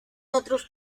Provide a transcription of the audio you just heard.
otros